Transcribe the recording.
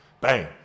Bang